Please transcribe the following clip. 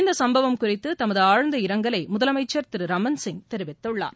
இந்த சும்பவம் குறித்து தமது ஆழ்ந்த இரங்கலை முதலமைச்சர் திரு ரமண் சிங் தெரிவித்துள்ளார்